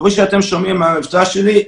כפי שאתם שומעים מהמבטא שלי,